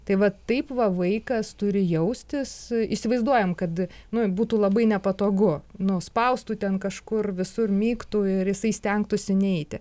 tai vat taip va vaikas turi jaustis įsivaizduojam kad nu būtų labai nepatogu nu spaustų ten kažkur visur myktų ir jisai stengtųsi neiti